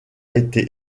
été